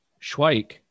Schweik